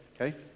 Okay